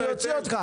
אני אוציא אותך,